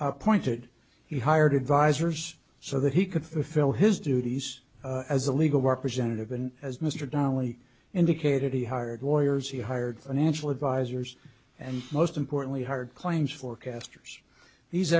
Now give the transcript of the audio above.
appointed he hired advisors so that he could fill his duties as a legal representative and as mr donnelly indicated he hired lawyers he hired financial advisors and most importantly hired claims forecasters these